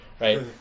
Right